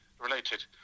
related